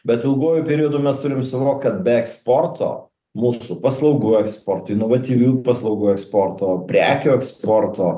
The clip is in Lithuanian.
bet ilguoju periodu mes turim suvokt kad be eksporto mūsų paslaugų eksportui inovatyvių paslaugų eksporto prekių eksporto